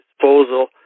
disposal